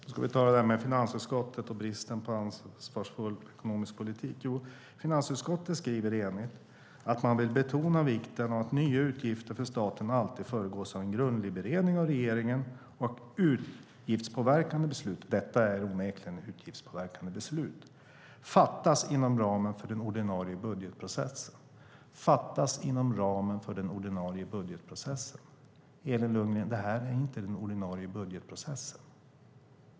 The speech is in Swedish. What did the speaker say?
Herr talman! Ska vi ta det där med finansutskottet och bristen på ansvarsfull ekonomisk politik? Finansutskottet skriver enigt att man vill betona vikten av att nya utgifter för staten alltid föregås av en grundlig beredning av regeringen och att utgiftspåverkande beslut - och detta är onekligen ett utgiftspåverkande beslut - fattas inom ramen för den ordinarie budgetprocessen. Elin Lundgren! Det här är inte den ordinarie budgetprocessen.